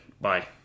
Bye